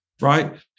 right